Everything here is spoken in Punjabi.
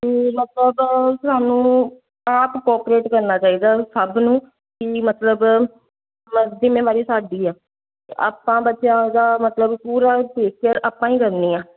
ਅਤੇ ਮਤਲਬ ਸਾਨੂੰ ਆਪ ਕੋਪਰੇਟ ਕਰਨਾ ਚਾਹੀਦਾ ਸਭ ਨੂੰ ਕਿ ਮਤਲਬ ਜ਼ਿੰਮੇਵਾਰੀ ਸਾਡੀ ਆ ਆਪਾਂ ਬੱਚਿਆਂ ਦਾ ਮਤਲਬ ਪੂਰਾ ਟੇਕ ਕੇਅਰ ਆਪਾਂ ਹੀ ਕਰਨੀ ਆ